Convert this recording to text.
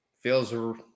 feels